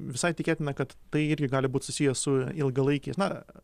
visai tikėtina kad tai irgi gali būt susiję su ilgalaikiais na